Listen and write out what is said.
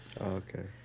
Okay